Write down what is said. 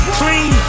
clean